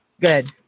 Good